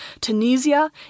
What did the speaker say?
Tunisia